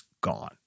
gone